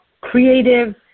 creative